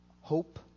hope